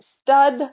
stud